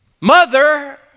mother